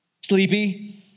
sleepy